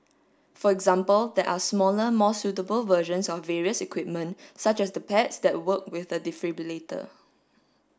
for example there are smaller more suitable versions of various equipment such as the pads that work with the defibrillator